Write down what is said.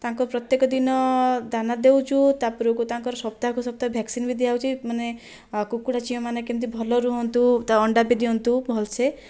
ତାଙ୍କୁ ପ୍ରତ୍ୟେକ ଦିନ ଦାନା ଦେଉଛୁ ତା'ପରକୁ ତାଙ୍କର ସପ୍ତାହକୁ ସପ୍ତାହ ଭ୍ୟାକ୍ସସିନ୍ ବି ଦିଆ ହେଉଛି ମାନେ କୁକୁଡ଼ା ଚିଆଁମାନେ କେମିତି ଭଲରେ ରୁହନ୍ତୁ ଅଣ୍ଡା ବି ଦିଅନ୍ତୁ ଭଲସେ